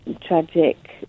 tragic